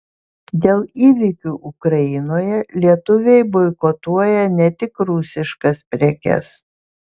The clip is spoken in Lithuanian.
dėl įvykių ukrainoje lietuviai boikotuoja ne tik rusiškas prekes